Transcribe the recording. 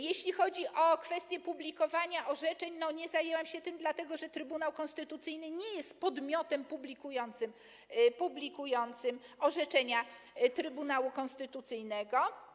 Jeśli chodzi o kwestię publikowania orzeczeń, nie zajęłam się tym, dlatego że Trybunał Konstytucyjny nie jest podmiotem publikującym orzeczenia Trybunału Konstytucyjnego.